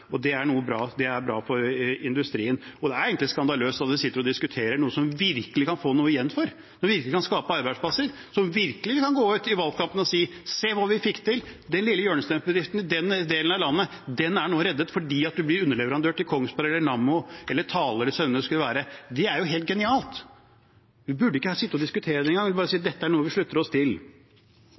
Det er bra for industrien. Det er egentlig skandaløst at vi sitter og diskuterer noe som vi virkelig kan få noe igjen for, som virkelig kan skape arbeidsplasser, og som virkelig gjør at vi kan gå ut i valgkampen og si: Se hva vi fikk til! Den lille hjørnestensbedriften i den delen av landet er nå reddet fordi de ble underleverandør til Kongsberg Gruppen, Nammo eller hvem det skulle være. Det er jo helt genialt! Vi burde ikke sitte og diskutere det engang. Vi burde bare si at dette er noe vi slutter oss til.